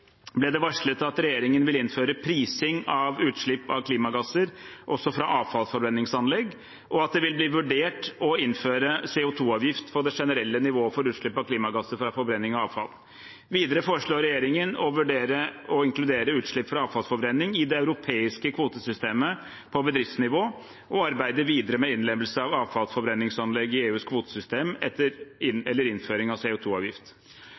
ble det varslet at regjeringen vil innføre prising av utslipp av klimagasser også fra avfallsforbrenningsanlegg, og at det vil bli vurdert å innføre CO 2 -avgift for det generelle nivået for utslipp av klimagasser fra forbrenning av avfall. Videre foreslår regjeringen å vurdere å inkludere utslipp fra avfallsforbrenning i det europeiske kvotesystemet på bedriftsnivå og å arbeide videre med innlemmelse av avfallsforbrenningsanlegg i EUs kvotesystem eller innføring av